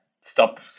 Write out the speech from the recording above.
stop